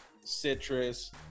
citrus